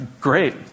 great